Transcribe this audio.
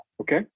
Okay